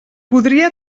podria